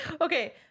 okay